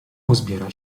uzbiera